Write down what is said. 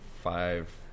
five